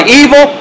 evil